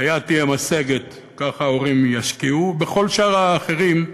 היד תהיה משגת ההורים ישקיעו, ובכל שאר האחרים,